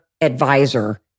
advisor